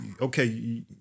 okay